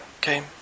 Okay